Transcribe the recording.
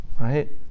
Right